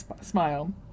smile